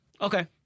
Okay